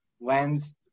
lens